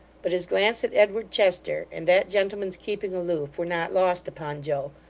but his glance at edward chester, and that gentleman's keeping aloof, were not lost upon joe,